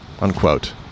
unquote